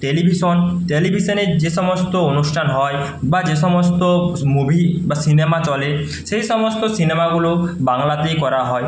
television টেলিভিশনের যে সমস্ত অনুষ্ঠান হয় বা যে সমস্ত মুভি বা সিনেমা চলে সে সমস্ত সিনেমাগুলো বাংলাতেই করা হয়